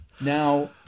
Now